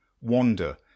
wander